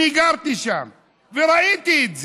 אני גרתי שם וראיתי את זה.